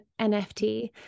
nft